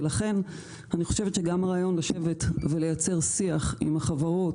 ולכן אני חושבת שגם רעיון לשבת וליצר שיח עם החברות